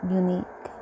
unique